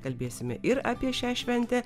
kalbėsime ir apie šią šventę